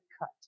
cut